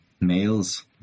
males